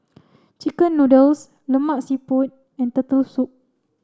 chicken noodles Lemak Siput and turtle soup